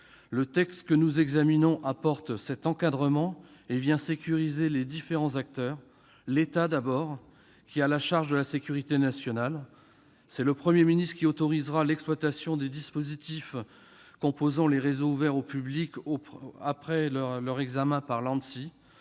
Le texte que nous examinons comporte cet encadrement et sécurise les différents acteurs : l'État, tout d'abord, qui a la charge de la sécurité nationale. C'est le Premier ministre qui autorisera l'exploitation des dispositifs composant les réseaux ouverts au public après leur examen par l'Anssi,